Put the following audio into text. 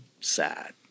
sad